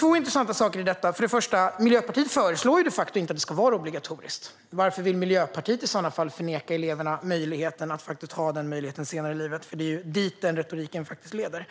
finns två intressanta saker i detta. Först och främst förslår Miljöpartiet de facto inte att det ska vara obligatoriskt. Varför vill Miljöpartiet i så fall neka eleverna den möjligheten senare i livet? Det är faktiskt dit retoriken leder.